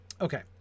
Okay